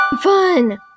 fun